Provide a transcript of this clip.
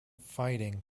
fighting